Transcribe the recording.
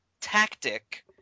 tactic